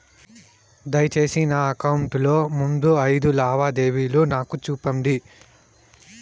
దయసేసి నా అకౌంట్ లో ముందు అయిదు లావాదేవీలు నాకు చూపండి